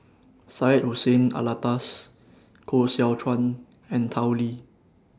Syed Hussein Alatas Koh Seow Chuan and Tao Li